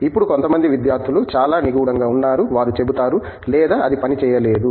ఇప్పుడు కొంతమంది విద్యార్థులు చాలా నిగూడంగా ఉన్నారు వారు చెబుతారు లేదా అది పని చేయలేదు